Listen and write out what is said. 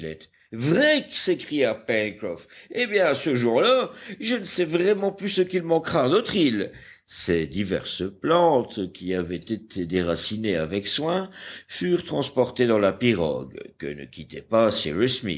vrai s'écria pencroff eh bien ce jour-là je ne sais vraiment plus ce qui manquera à notre île ces diverses plantes qui avaient été déracinées avec soin furent transportées dans la pirogue que ne quittait pas